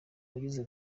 abagize